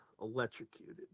Electrocuted